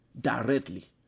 directly